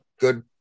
Good